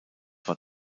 war